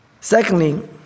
Secondly